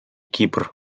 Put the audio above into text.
кипр